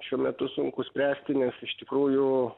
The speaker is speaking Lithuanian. šiuo metu sunku spręsti nes iš tikrųjų